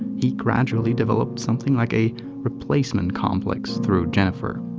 he gradually developed something like a replacement complex through jennifer.